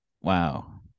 Wow